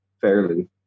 fairly